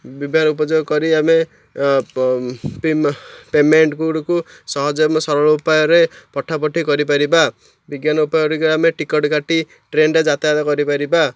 ଉପଯୋଗ କରି ଆମେ ପେମେଣ୍ଟ୍ଗୁଡ଼ିକୁ ସହଜ ଆମ ସରଳ ଉପାୟରେ ପଠାପଠି କରିପାରିବା ବିଜ୍ଞାନ ଉପାୟଗୁଡ଼ିକରେ ଆମେ ଟିକେଟ କାଟି ଟ୍ରେନ୍ରେ ଯାତାୟାତ କରିପାରିବା